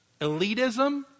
elitism